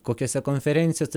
kokiose konferencijose